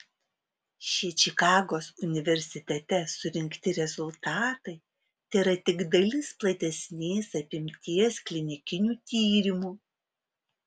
šie čikagos universitete surinkti rezultatai tėra tik dalis platesnės apimties klinikinių tyrimų